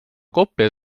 kopli